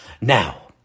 Now